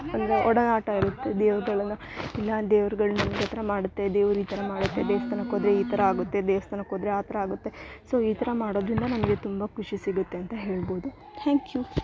ಅಂದರೆ ಒಡನಾಟ ಇರುತ್ತೆ ದೇವ್ರು ದೆಲ್ಲನ ಯಾ ದೇವ್ರ್ಗಗಳು ನಮ್ಗೆ ಥರ ಮಾಡುತ್ತೆ ದೇವ್ರು ಈ ಥರ ಮಾಡುತ್ತೆ ದೇವ್ಸ್ಥಾನಕ್ಕೆ ಹೋದ್ರೆ ಈ ಥರ ಆಗುತ್ತೆ ದೇವ್ಸ್ಥಾನಕ್ಕೆ ಹೋದ್ರೆ ಆ ಥರ ಆಗುತ್ತೆ ಸೊ ಈ ಥರ ಮಾಡೋದರಿಂದ ನಮಗೆ ತುಂಬ ಖುಷಿ ಸಿಗತ್ತೆ ಅಂತ ಹೇಳ್ಬೋದು ಥ್ಯಾಂಕ್ ಯೂ